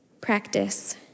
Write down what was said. practice